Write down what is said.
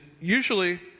usually